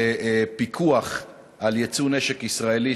לפיקוח על יצוא נשק ישראלי,